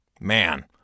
Man